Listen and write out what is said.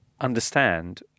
understand